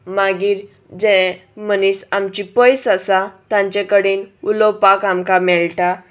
मागीर जे मनीस आमची पयस आसा तांचे कडेन उलोवपाक आमकां मेळटा